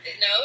no